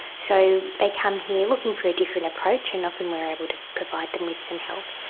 so they come here looking for a different approach and often we are able to provide them with some help.